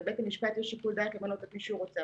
לבית המשפט יש שיקול דעת למנות את מי שהוא רוצה.